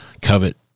covet